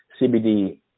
CBD